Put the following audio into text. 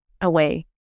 away